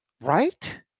Right